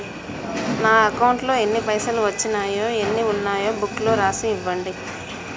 నా అకౌంట్లో ఎన్ని పైసలు వచ్చినాయో ఎన్ని ఉన్నాయో బుక్ లో రాసి ఇవ్వండి?